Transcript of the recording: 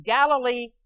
Galilee